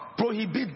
prohibit